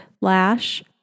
Lash